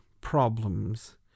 problems